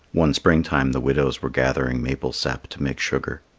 one springtime the widows were gathering maple sap to make sugar.